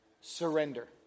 Surrender